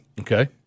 Okay